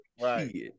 Right